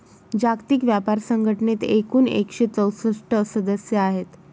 जागतिक व्यापार संघटनेत एकूण एकशे चौसष्ट सदस्य आहेत